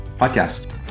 podcast